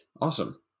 Awesome